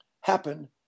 happen